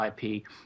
IP